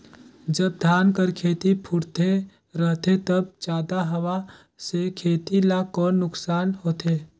जब धान कर खेती फुटथे रहथे तब जादा हवा से खेती ला कौन नुकसान होथे?